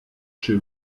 chez